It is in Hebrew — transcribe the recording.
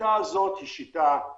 השיטה הזאת טובה,